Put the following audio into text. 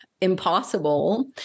impossible